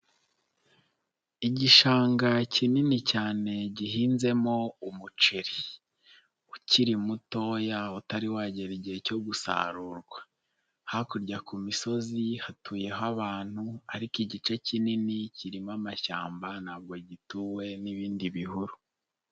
Igishanga kinini cyane gihinzemo umuceri ukiri mutoya utari wagera igihe cyo gusarurwa, hakurya ku misozi hatuyeho abantu ariko igice kinini kirimo amashyamba na gituwe n'ibindi bihuru.